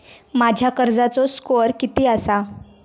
माझ्या कर्जाचो स्कोअर किती आसा?